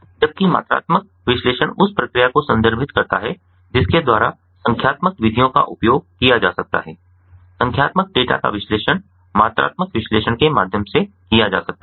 जबकि मात्रात्मक विश्लेषण उस प्रक्रिया को संदर्भित करता है जिसके द्वारा संख्यात्मक विधियों का उपयोग किया जा सकता है संख्यात्मक डेटा का विश्लेषण मात्रात्मक विश्लेषण के माध्यम से किया जा सकता है